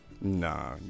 Nah